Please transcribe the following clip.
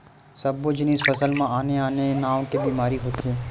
सब्बो जिनिस फसल म आने आने नाव के बेमारी होथे